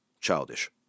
childish